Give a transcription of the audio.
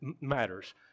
matters